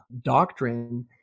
doctrine